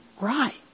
right